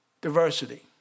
diversity